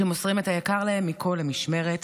שמוסרים את היקר להם מכול למשמרת,